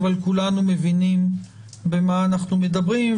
אבל כולנו מבינים במה אנחנו מדברים.